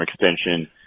extension